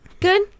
good